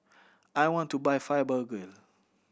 I want to buy Fibogel